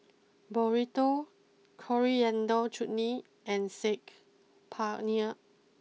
Burrito Coriander Chutney and Saag Paneer